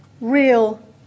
real